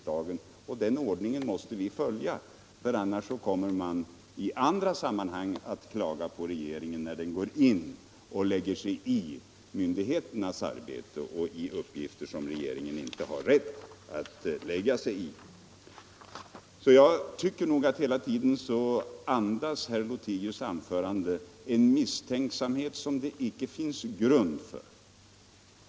Den ordningen måste följas, annars kommer man i andra sammanhang att klaga på att regeringen lägger sig i myndigheternas arbete och i uppgifter som regeringen inte har rätt att lägga sig i. Jag tycker nog att herr Lothigius anförande hela tiden andades en misstänksamhet, som det inte finns någon grund för.